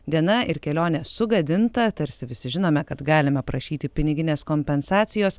diena ir kelionė sugadinta tarsi visi žinome kad galime prašyti piniginės kompensacijos